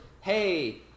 hey